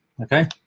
okay